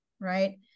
Right